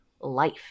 life